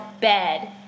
bed